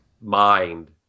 mind